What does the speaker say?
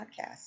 podcast